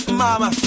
mama